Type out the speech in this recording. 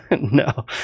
no